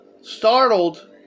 Startled